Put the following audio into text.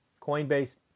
Coinbase